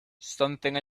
something